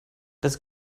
das